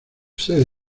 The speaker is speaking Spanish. sede